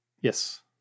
yes